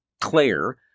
Claire